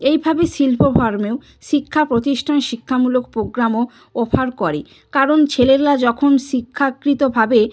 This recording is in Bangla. এইভাবে শিল্প শিক্ষা প্রতিষ্ঠানে শিক্ষামূলক প্রোগ্রামও অফার করে কারণ ছেলেরা যখন শিক্ষাকৃতভাবে